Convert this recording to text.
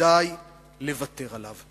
כדאי לוותר עליו.